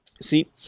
See